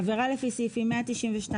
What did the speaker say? עבירה לפי סעיפים 192,